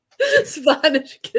Spanish